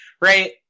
Right